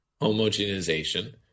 homogenization